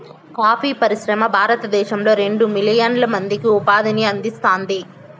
coffee పరిశ్రమ భారతదేశంలో రెండు మిలియన్ల మందికి ఉపాధిని అందిస్తాంది